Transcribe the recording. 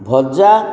ଭଜା